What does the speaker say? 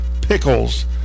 Pickles